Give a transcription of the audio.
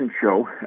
show